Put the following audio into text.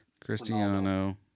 Cristiano